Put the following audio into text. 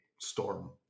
storm